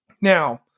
Now